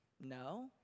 No